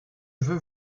veux